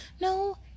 No